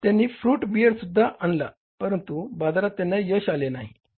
त्यांनी फ्रुट बियरसुद्धा आणला परंतु बाजारात त्यांना यश आले नाही